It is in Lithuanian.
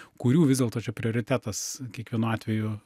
kurių vis dėlto čia prioritetas kiekvienu atveju